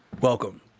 welcome